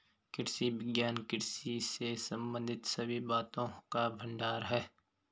कृषि विज्ञान कृषि से संबंधित सभी बातों का भंडार है